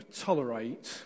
tolerate